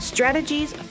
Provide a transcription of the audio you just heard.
Strategies